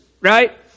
right